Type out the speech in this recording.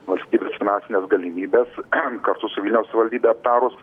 valstybės finansines galimybes kartu su vilniaus savivaldybe aptarus